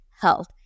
health